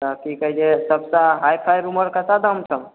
आ की कहै छै सबटा हाई फाइ रूम कैसा दाम छौ